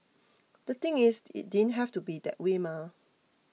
the thing is it didn't have to be that way mah